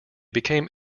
became